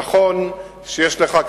נכון שיש לך,